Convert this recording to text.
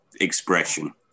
expression